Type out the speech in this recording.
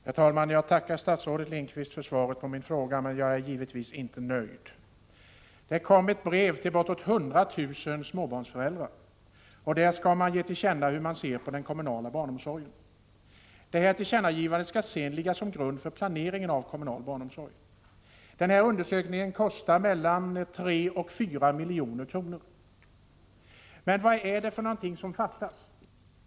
Herr talman! Jag tackar statsrådet Lindqvist för svaret på min fråga, men jag är givetvis inte nöjd. Det kom ett brev till bortåt 100 000 småbarnsföräldrar, som skulle ge till känna hur de ser på den kommunala barnomsorgen. Det tillkännagivandet skulle sedan ligga till grund för planeringen av kommunal barnomsorg. Undersökningen kostar mellan 3 och 4 milj.kr. Men vad är det för någonting som fattas?